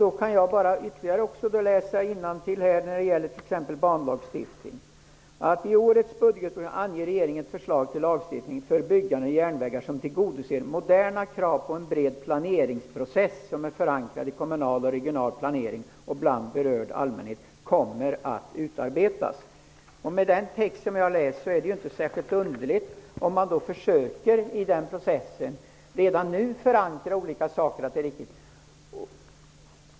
Jag kan då bara läsa innantill när det gäller t.ex. en banlagstiftning: ''I årets budgetproposition anger regeringen att förslag till lagstiftning för byggande av järnvägar som tillgodoser moderna krav på en bred planeringsprocess som är förankrad i kommunal och regional planering och bland berörd allmänhet kommer att utarbetas''. Mot bakgrund av den text jag har läst är det ju inte särskilt underligt om man i den processen redan nu försöker förankra olika saker.